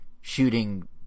shooting